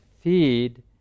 feed